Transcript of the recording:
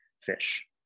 fish